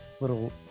little